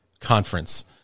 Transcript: conference